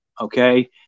okay